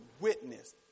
witness